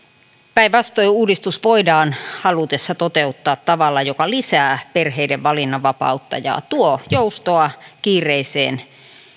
päinvastoin uudistus voidaan halutessa toteuttaa tavalla joka lisää perheiden valinnanvapautta ja tuo joustoa kiireiseen